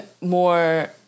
more